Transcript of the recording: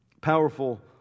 powerful